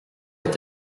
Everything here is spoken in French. est